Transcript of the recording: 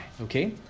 okay